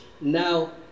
now